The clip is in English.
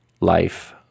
life